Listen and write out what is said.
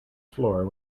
floor